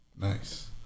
Nice